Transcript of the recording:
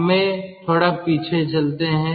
हमें थोड़ा पीछे चलते हैं